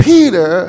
Peter